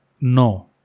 no